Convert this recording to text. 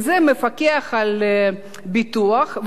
וזה המפקח על הביטוח,